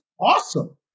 awesome